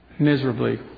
Miserably